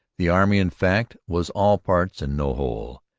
the army, in fact, was all parts and no whole,